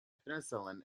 penicillin